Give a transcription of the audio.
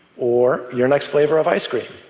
or your next flavor of ice cream.